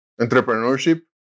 entrepreneurship